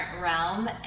realm